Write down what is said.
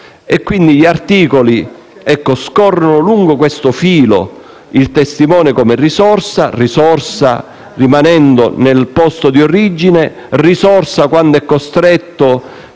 Quindi, gli articoli scorrono lungo questo filo: il testimone come risorsa, risorsa rimanendo nel luogo di origine, risorsa quando è costretto,